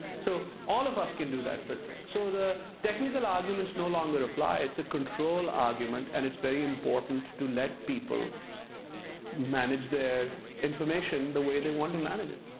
so all of us can do that filtering. so the technical arguments no longer apply. it's a control argument, and it's very important to let people manage their information the way they want to manage it.